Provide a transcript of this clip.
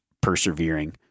persevering